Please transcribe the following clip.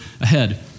ahead